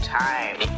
time